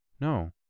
no